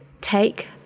take